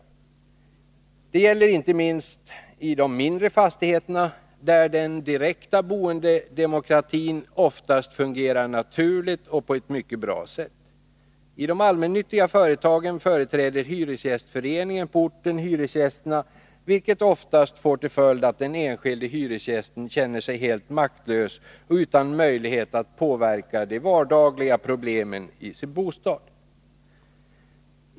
Detta gäller inte minst i mindre fastigheter, där den direkta boendedemokratin oftast fungerar naturligt och på ett mycket bra sätt. I de allmännyttiga företagen företräder hyresgästföreningen på orten hyresgästerna, vilket oftast får till följd att den enskilde hyresgästen känner sig helt maktlös och utan möjlighet att påverka de vardagliga problemen i sin bostad.